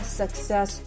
success